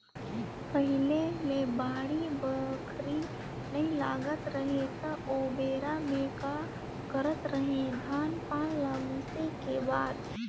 पहिले ले बाड़ी बखरी नइ लगात रहें त ओबेरा में का करत रहें, धान पान ल मिसे के बाद